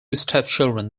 stepchildren